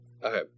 Okay